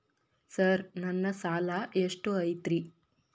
Sir ನನ್ನ ಸಾಲಾ ಎಷ್ಟು ಐತ್ರಿ?